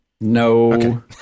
No